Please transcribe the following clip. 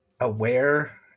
aware